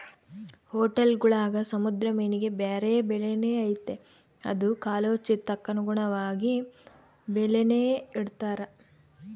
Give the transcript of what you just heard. ಹೊಟೇಲ್ಗುಳಾಗ ಸಮುದ್ರ ಮೀನಿಗೆ ಬ್ಯಾರೆ ಬೆಲೆನೇ ಐತೆ ಅದು ಕಾಲೋಚಿತಕ್ಕನುಗುಣವಾಗಿ ಬೆಲೇನ ಇಡ್ತಾರ